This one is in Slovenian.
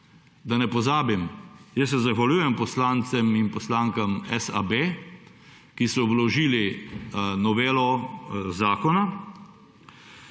Da ne pozabim, jaz se zahvaljujem poslancem in poslankam SAB, ki so vložili novelo zakona,